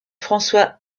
françois